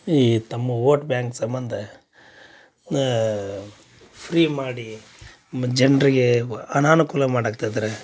ಈ ತಮ್ಮ vote bank ಸಂಬಂಧ ಫ್ರೀ ಮಾಡಿ ನಮ್ಮ ಜನರಿಗೆ ವ ಅನಾನುಕೂಲ ಮಾಡಾಕ್ತಾ ಇದ್ರ